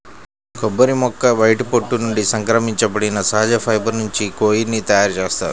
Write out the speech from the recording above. కొబ్బరి యొక్క బయటి పొట్టు నుండి సంగ్రహించబడిన సహజ ఫైబర్ నుంచి కోయిర్ ని తయారు చేస్తారు